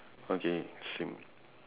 so you got two chickens right